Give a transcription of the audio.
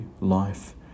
life